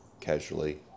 casually